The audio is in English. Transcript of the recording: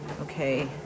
okay